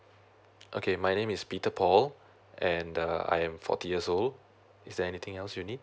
okay my name is peter paul and uh I am forty years old is there anything else you need